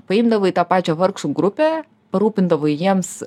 paimdavo į tą pačią vargšų grupę parūpindavo jiems